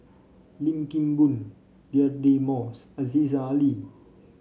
Lim Kim Boon Deirdre Moss Aziza Ali